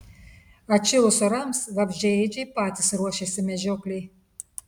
atšilus orams vabzdžiaėdžiai patys ruošiasi medžioklei